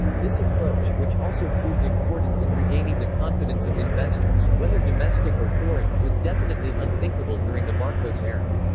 this approach, which also proved important in regaining the confidence of investors, whether domestic or foreign, was definitely unthinkable during the marcos era.